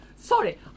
Sorry